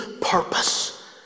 purpose